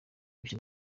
bushya